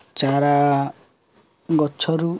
ଚାରା ଗଛରୁ